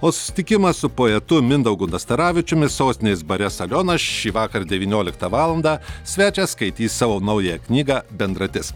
o susitikimas su poetu mindaugu nastaravičiumi sostinės bare salionas šįvakar devynioliktą valandą svečias skaitys savo naująją knygą bendratis